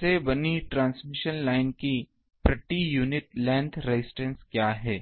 से बनी transmission line की प्रति यूनिट लेंथ रजिस्टेंस क्या है